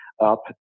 up